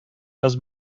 кыз